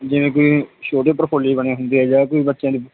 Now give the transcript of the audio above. ਜਿਵੇਂ ਕੋਈ ਛੋਟੇ ਪ੍ਰਫੋਲੀ ਬਣੇ ਹੁੰਦੇ ਆ ਜਾਂ ਕੋਈ ਬੱਚਿਆਂ ਦੀ